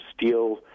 steel